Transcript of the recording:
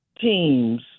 teams